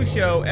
Show